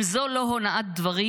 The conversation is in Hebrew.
אם זו לא אונאת דברים,